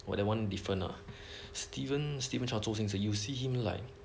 !wah! that one different ah stephen smith 周星驰 you see him like